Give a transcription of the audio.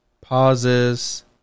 pauses